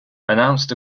announced